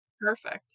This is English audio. Perfect